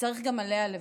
וצריך גם עליה לברך.